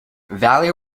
valley